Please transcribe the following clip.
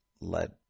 let